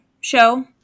show